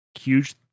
huge